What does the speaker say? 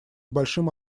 большим